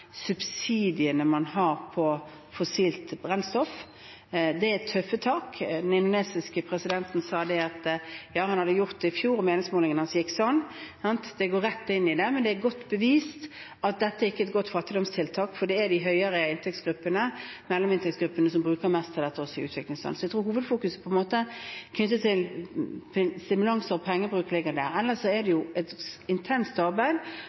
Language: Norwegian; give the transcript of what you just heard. fossilt brennstoff. Det er tøffe tak. Den indonesiske presidenten sa at han hadde gjort det i fjor og meningsmålingene hans gikk rett ned. Det er godt bevist at dette ikke er et godt fattigdomstiltak. Det er de høyere inntektsgruppene og mellominntektsgruppene som bruker mest av dette, også i utviklingsland. Jeg tror hovedfokuset knyttet til stimulans og pengebruk, ligger der. Ellers er det et intenst arbeid,